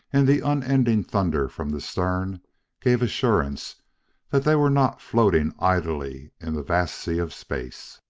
and the unending thunder from the stern gave assurance that they were not floating idly in the vast sea of space.